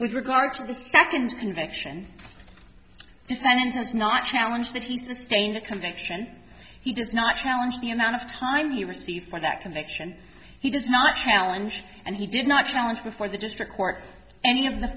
with regard to the second convection defendants not challenge that he sustain a conviction he does not challenge the amount of time you received for that conviction he does not challenge and he did not challenge before the district court any of the